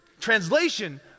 translation